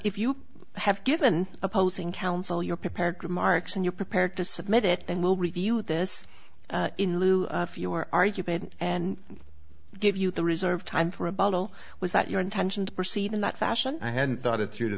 if you have given opposing counsel your prepared remarks and you're prepared to submit it and we'll review this in lieu of your argument and give you the reserved time for a bottle was that your intention to proceed in that fashion i had thought it through to